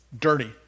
dirty